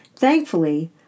Thankfully